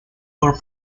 por